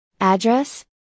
Address